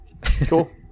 Cool